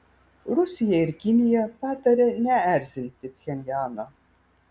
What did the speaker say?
rusija ir kinija pataria neerzinti pchenjano